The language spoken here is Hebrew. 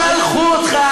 שלחו אותך.